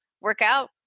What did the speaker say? workout